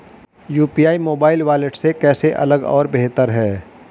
UPI mobile wallet से कैसे अलग और बेहतर है?